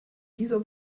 dieser